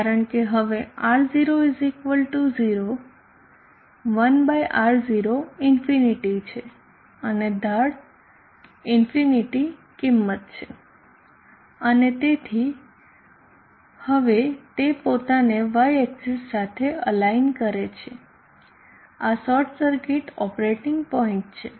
કારણ કે હવે R 0 0 1R0 ∞ છે અને ઢાળ ∞ કિંમત છે અને તેથી હવે તે પોતાને y એક્સીસ સાથે અલાઈન કરે છે આ શોર્ટ સર્કિટ ઓપરેટિંગ પોઇન્ટ છે